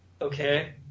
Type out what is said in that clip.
Okay